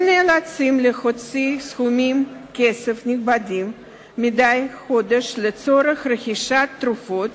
הם נאלצים להוציא סכומי כסף נכבדים מדי חודש לצורך רכישת תרופות